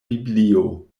biblio